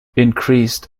increased